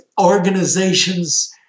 organizations